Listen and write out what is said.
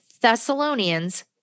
Thessalonians